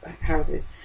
houses